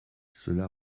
cela